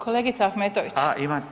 Kolegica Ahmetović.